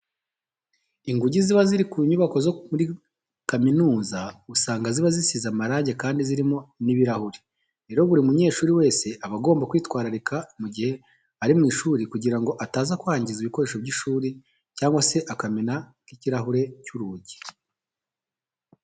Inzugi ziba ziri ku nyubako zo muri kaminuza usanga ziba zisize amarange kandi zirimo n'ibirahure. Rero buri munyeshuri wese aba agomba kwitwararika mu gihe ari mu ishuri kugira ngo ataza kwangiza ibikoresho by'ishuri cyangwa se akamena n'ikirahure cy'urugi.